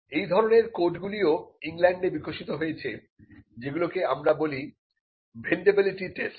এই ধরনের কোডগুলি ও ইংল্যান্ডে বিকশিত হয়েছে যেগুলোকে আমরা বলি ভেন্ড এবিলিটি টেস্ট